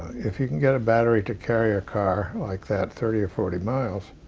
if you can get a battery to carry your car like that thirty or forty miles,